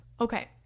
okay